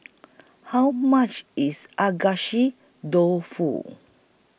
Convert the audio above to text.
How much IS Dofu